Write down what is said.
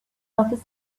off